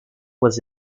was